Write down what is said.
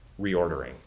reordering